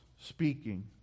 speaking